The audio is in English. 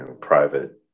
private